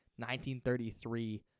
1933